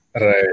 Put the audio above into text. right